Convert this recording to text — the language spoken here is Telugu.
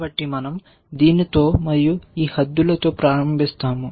కాబట్టి మన০ దీనితో మరియు ఈ హద్దులతో ప్రారంభిస్తాము